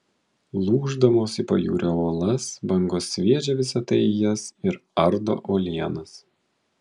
lūždamos į pajūrio uolas bangos sviedžia visa tai į jas ir ardo uolienas